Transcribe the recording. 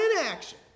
inaction